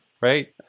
right